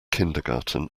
kindergarten